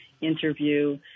interview